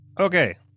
Okay